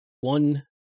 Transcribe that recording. one